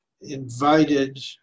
invited